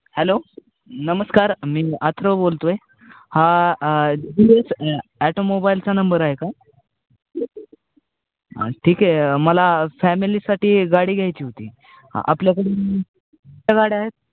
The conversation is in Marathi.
हॅलो नमस्कार मी आथ्रव बोलतो आहे हा जी एस ॲटोमोबाईलचा नंबर आहे का ठीक आहे मला फॅमिलीसाठी गाडी घ्यायची होती ह आपल्याकडे गाड्या आहेत